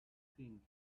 think